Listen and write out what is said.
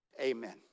Amen